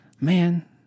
Man